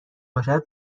باشد